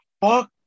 fuck